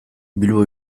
bilbo